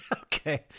Okay